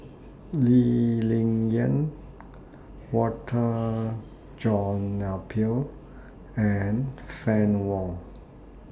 Lee Ling Yen Walter John Napier and Fann Wong